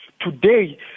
Today